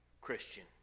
Christian